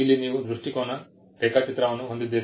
ಇಲ್ಲಿ ನೀವು ದೃಷ್ಟಿಕೋನ ರೇಖಾಚಿತ್ರವನ್ನು ಹೊಂದಿದ್ದೀರಿ